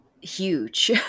huge